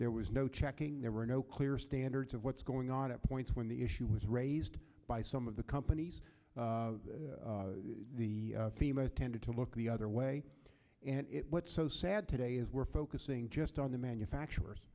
there was no checking there were no clear standards of what's going on at points when the issue was raised by some of the companies the fema tended to look the other way and it what's so sad today is we're focusing just on the manufacturers